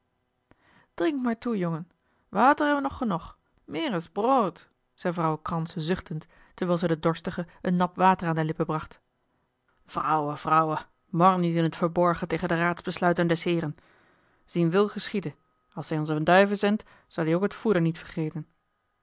maar toe jongen water he'w nog genog meer as brood zei vrouw kranse zuchtend terwijl ze den dorstige een nap water aan de lippen bracht vrouwe vrouwe mor niet in t verborgen tegen de raadsbesluiten des heeren zien wil geschiede als hij ons een duive zendt zal ie ook het voeder niet vergêten